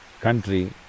country